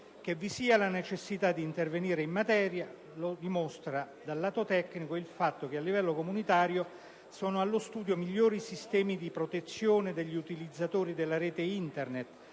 Che vi sia necessità di intervenire in materia, lo dimostra, dal lato tecnico, il fatto che a livello comunitario sono allo studio migliori sistemi di protezione degli utilizzatori della rete Internet,